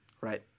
right